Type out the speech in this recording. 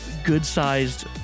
good-sized